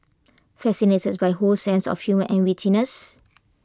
fascinated by Ho's sense of humour and wittiness